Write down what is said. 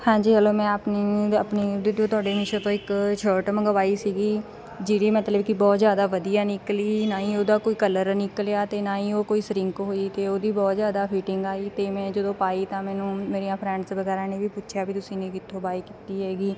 ਹਾਂਜੀ ਹੈਲੋ ਮੈਂ ਆਪਣੀ ਅਤੇ ਆਪਣੀ ਤੁਹਾਡੀ ਮੀਸ਼ੋ ਤੋਂ ਇੱਕ ਸ਼ਰਟ ਮੰਗਵਾਈ ਸੀਗੀ ਜਿਹੜੀ ਮਤਲਬ ਕਿ ਬਹੁਤ ਜ਼ਿਆਦਾ ਵਧੀਆ ਨਿਕਲੀ ਇਕੱਲੀ ਨਾ ਹੀ ਉਹਦਾ ਕੋਈ ਕਲਰ ਨਿਕਲਿਆ ਅਤੇ ਨਾ ਹੀ ਉਹ ਕੋਈ ਸਰਿੰਕ ਬਹੁਤ ਜ਼ਿਆਦਾ ਫੀਟਿੰਗ ਆਈ ਅਤੇ ਮੈਂ ਜਦੋਂ ਪਾਈ ਤਾਂ ਮੈਨੂੰ ਮੇਰੀਆਂ ਫਰੈਂਡਸ ਵਗੈਰਾ ਨੇ ਵੀ ਪੁੱਛਿਆ ਵੀ ਤੁਸੀਂ ਨੇ ਕਿੱਥੋਂ ਬਾਏ ਕੀਤੀ ਹੈਗੀ